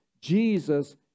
Jesus